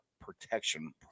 protection